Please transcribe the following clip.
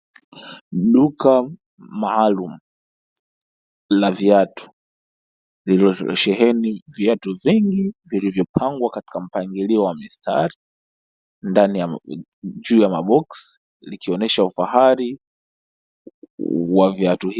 Duka maalumu la viatu, lililo sheheni viatu vingi vilivyopangwa katika mpangilio wa mistari ndani, juu ya maboksi likionyesha ufahari wa viatu hivyo.